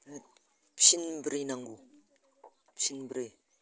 फिनब्रै नांगौ फिनब्रै